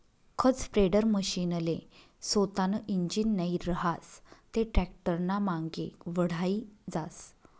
खत स्प्रेडरमशीनले सोतानं इंजीन नै रहास ते टॅक्टरनामांगे वढाई जास